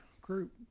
group